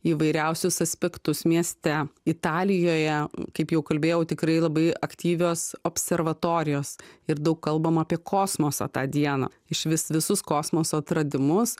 įvairiausius aspektus mieste italijoje kaip jau kalbėjau tikrai labai aktyvios observatorijos ir daug kalbama apie kosmosą tą dieną išvis visus kosmoso atradimus